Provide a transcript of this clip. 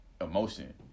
emotion